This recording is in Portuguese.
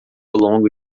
longo